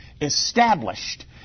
established